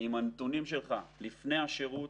אם הנתונים שלך לפני השירות,